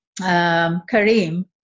Kareem